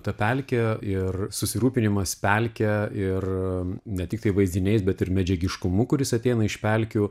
ta pelkė ir susirūpinimas pelke ir ne tiktai vaizdiniais bet ir medžiagiškumu kuris ateina iš pelkių